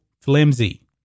flimsy